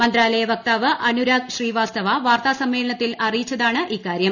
മന്ത്രാലയ വക്താവ് അനുരാഗ് ശ്രീവാസ്തവ വാർത്താ സമ്മേളനത്തിൽ അറിയിച്ചതാണ് ഇക്കാര്യം